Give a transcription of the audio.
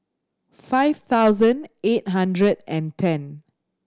five thousand eight hundred and ten